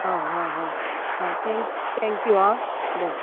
आं हां हां हां थँक् थँक्यू आं बरें